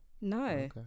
No